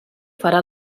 farà